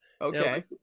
okay